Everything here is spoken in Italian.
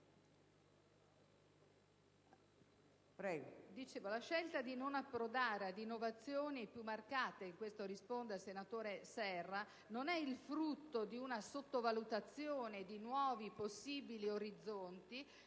la scelta di non approdare ad innovazioni più marcate - con questo rispondo al senatore Serra - non è il frutto di una sottovalutazione di nuovi e possibili orizzonti